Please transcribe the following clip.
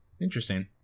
Interesting